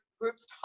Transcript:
groups